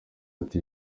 ati